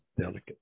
delicate